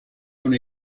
una